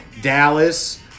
Dallas